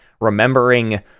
remembering